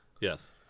Yes